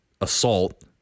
assault